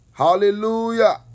Hallelujah